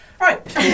right